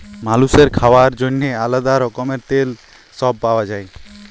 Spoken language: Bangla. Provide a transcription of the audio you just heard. মালুসের খাওয়ার জন্যেহে আলাদা রকমের তেল সব পাওয়া যায়